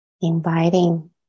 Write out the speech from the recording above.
inviting